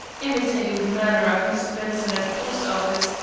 imitating the manner of mr. benson at the post-office,